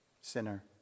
sinner